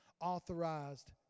authorized